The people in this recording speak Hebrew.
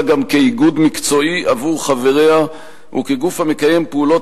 גם כאיגוד מקצועי עבור חבריה וכגוף המקיים פעולות